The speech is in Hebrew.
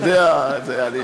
אתה יודע,